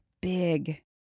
big